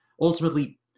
Ultimately